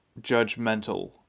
judgmental